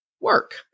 work